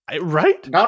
Right